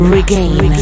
Regain